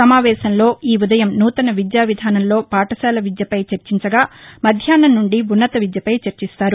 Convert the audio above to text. సమావేశంలో ఉదయం నూతన విద్యా విధానంలో పాఠశాల విద్యపై చర్చించగా మధ్యాహ్నం నుండి ఉన్నత విద్యపై చర్చిస్తారు